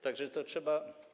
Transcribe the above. Tak że to trzeba.